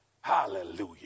Hallelujah